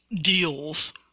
deals